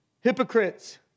Hypocrites